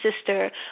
sister